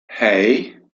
hei